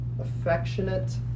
affectionate